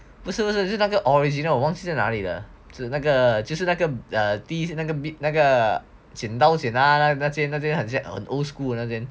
不是不是是那个 original 忘记在那里那个就是那个那个 bit 那个剪刀剪那间很 old school 的那间